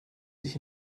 sich